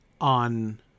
on